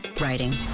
writing